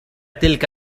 تلك